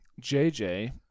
jj